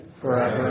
forever